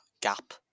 gap